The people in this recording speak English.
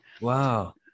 Wow